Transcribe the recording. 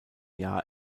jahr